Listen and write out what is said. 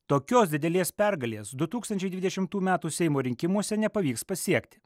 tokios didelės pergalės du tūkstančiai dvidešimtų metų seimo rinkimuose nepavyks pasiekti